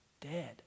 dead